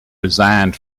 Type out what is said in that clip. resigned